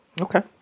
Okay